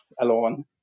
alone